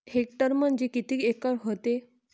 Hectare म्हणजे किती acre व्हते?